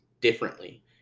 differently